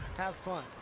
have fun.